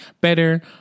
better